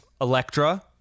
Electra